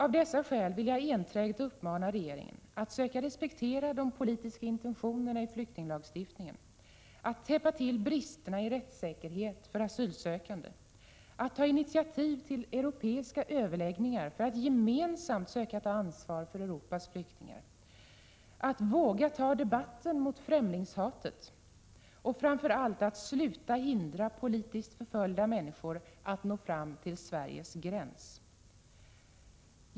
Av dessa skäl vill jag enträget uppmana regeringen att söka respektera de politiska intentionerna i flyktinglagstiftningen, att täppa till bristerna i rättssäkerheten för asylsökande, att ta initiativ till europeiska överläggningar för att gemensamt söka ta ansvar för Europas flyktingar, att våga ta debatten mot främlingshatet och framför allt att sluta hindra politiskt förföljda människor att nå fram till Sveriges gräns.